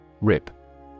RIP